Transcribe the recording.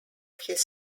his